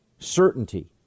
certainty